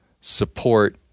support